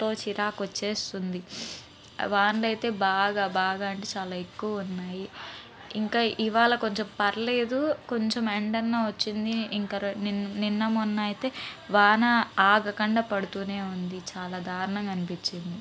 తో చిరాకు వచ్చేస్తుంది వానలు అయితే బాగా బాగా అంటే చాలా ఎక్కువ ఉన్నాయి ఇంకా ఇవాళ కొంచం పర్లేదు కొంచం ఎండన్న వచ్చింది ఇంకా రె నిన్ నిన్న మొన్న అయితే వాన ఆగకుండా పడుతూనే ఉంది చాలా దారుణంగా అనిపించింది